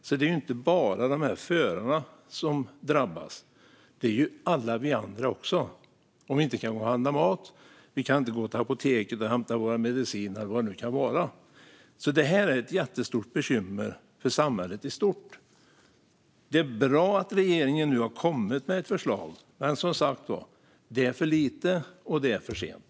Det är alltså inte bara förarna som drabbas utan alla vi andra också, om vi inte kan handla mat, gå på apoteket, hämta våra mediciner eller vad det nu kan vara. Det är därför ett jättestort bekymmer för samhället i stort. Det är bra att regeringen nu har kommit med ett förslag, men det är som sagt för lite och för sent.